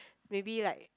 maybe like